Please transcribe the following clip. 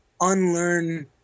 Unlearn